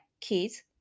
kids